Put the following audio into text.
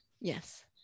Yes